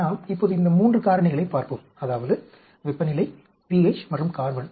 நாம் இப்போது இந்த 3 காரணிகளைப் பார்ப்போம் அதாவது வெப்பநிலை pH மற்றும் கார்பன்